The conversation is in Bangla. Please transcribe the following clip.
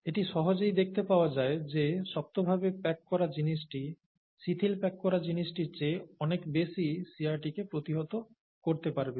এটি সহজেই দেখতে পাওয়া যায় যে শক্তভাবে প্যাক করা জিনিসটি শিথিল প্যাক করা জিনিসটির চেয়ে অনেক বেশি শিয়ারটিকে প্রতিহত করতে পারবে